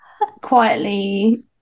quietly